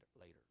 later